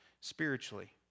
spiritually